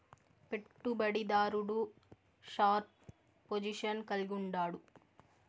పెట్టుబడి దారుడు sharp position కలిగుండాడు